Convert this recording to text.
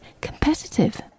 competitive